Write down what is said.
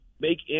make